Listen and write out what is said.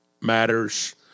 matters